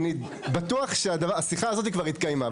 אני בטוח שהשיחה הזאת כבר התקיימה.